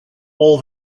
all